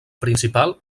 principal